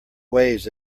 ways